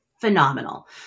phenomenal